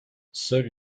seule